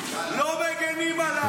לא מגינים עליו.